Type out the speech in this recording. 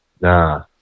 Nah